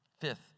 Fifth